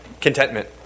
contentment